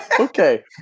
Okay